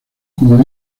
como